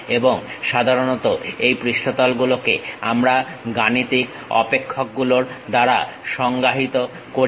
এবং সাধারণত এই পৃষ্ঠতল গুলোকে আমরা গাণিতিক অপেক্ষকগুলোর দ্বারা সংজ্ঞায়িত করি